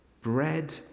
bread